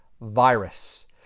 virus